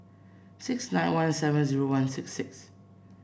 six nine one seven zero one six six